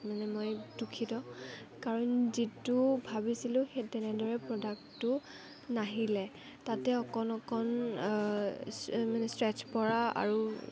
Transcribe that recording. মানে মই দুঃখিত কাৰণ যিটো ভাবিছিলোঁ সেই তেনেদৰে প্ৰডাক্টটো নাহিলে তাতে অকণ অকণ মানে স্ক্ৰেচ্ছ পৰা আৰু